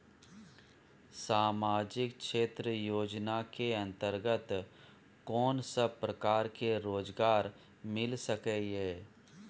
सामाजिक क्षेत्र योजना के अंतर्गत कोन सब प्रकार के रोजगार मिल सके ये?